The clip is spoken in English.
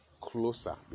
closer